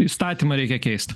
įstatymą reikia keist